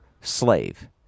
slave